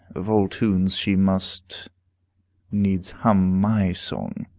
of all tunes, she must needs hum my song.